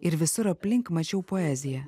ir visur aplink mačiau poeziją